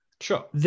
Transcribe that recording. Sure